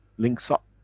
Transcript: links up.